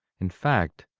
in fact,